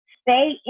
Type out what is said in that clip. stay